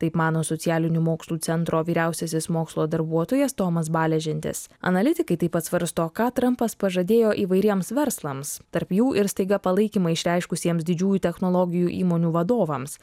taip mano socialinių mokslų centro vyriausiasis mokslo darbuotojas tomas baležentis analitikai taip pat svarsto ką trampas pažadėjo įvairiems verslams tarp jų ir staiga palaikymą išreiškusiems didžiųjų technologijų įmonių vadovams